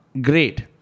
great